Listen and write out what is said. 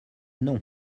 noms